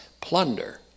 Plunder